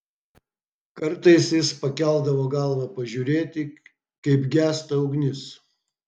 kartais jis pakeldavo galvą pažiūrėti kaip gęsta ugnis